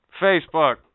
Facebook